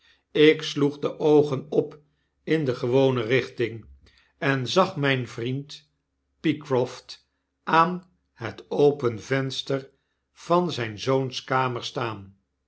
ik sloeg de oogen op in de gewone richting en zag myn vriend pycroft aan het open venster van zyn zoons kamer staan